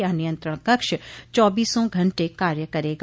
यह नियंत्रण कक्ष चौबीसों घंटे कार्य करेगा